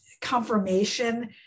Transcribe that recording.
confirmation